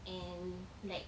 and like